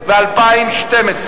ובכן,